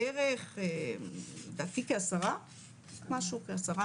בערך לדעתי כ- 10משהו כזה,